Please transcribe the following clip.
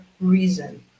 reason